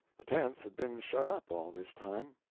the tents had been shut up all this time.